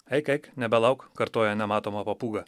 eik eik nebelauk kartoja nematoma papūga